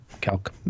calc